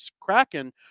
Kraken